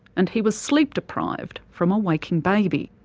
and he was sleep deprived from a waking baby.